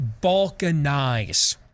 balkanize